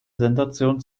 sensation